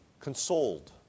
Consoled